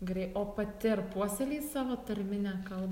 gerai o pati ar puoselėji savo tarminę kalbą